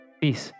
peace